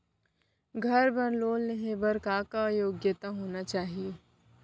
घर बर लोन लेहे बर का का योग्यता होना चाही?